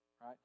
Right